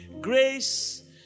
Grace